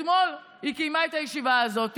אתמול היא קיימה את הישיבה הזאת.